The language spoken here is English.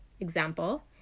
example